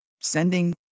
sending